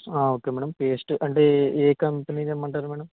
okay madam paste అంటే ఏ కంపెనీది ఇమ్మంటారు మేడం